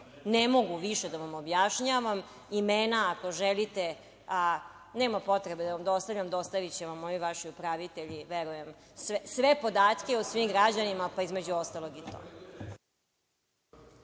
Ne mogu više da vam objašnjavam, imena nema potrebe da vam dostavljam, dostaviće vam ovi vaši upravitelji, verujem, sve podatke o svim građanima, pa između ostalog i to.